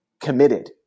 committed